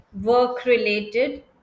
work-related